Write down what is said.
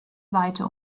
seite